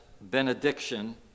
benediction